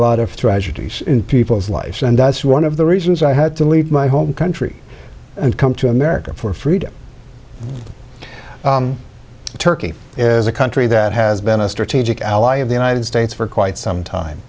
lot of tragedies in people's lives and that's one of the reasons i had to leave my home country and come to america for freedom turkey is a country that has been a strategic ally of the united states for quite some time